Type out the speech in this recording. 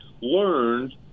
learned